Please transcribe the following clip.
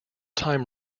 time